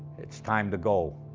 its time to go.